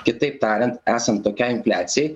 kitaip tariant esant tokiai infliacijai